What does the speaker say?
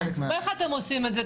איך אתם עושים את זה?